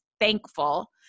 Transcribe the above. thankful